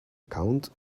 account